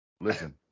listen